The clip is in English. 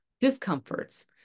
discomforts